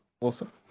Awesome